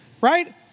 Right